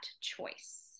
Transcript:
choice